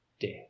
death